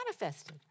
manifested